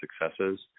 successes